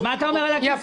אז מה אתה אומר על הקיצוץ?